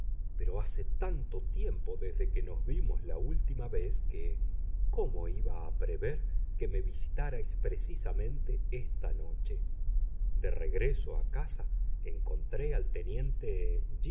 pero hace tanto tiempo desde que nos vimos la última vez que cómo iba a prever que me visitarais precisamente esta noche de regreso a casa encontré al teniente